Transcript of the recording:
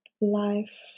life